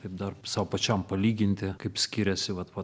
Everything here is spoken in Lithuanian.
ir dar sau pačiam palyginti kaip skiriasi vat va